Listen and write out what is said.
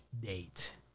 date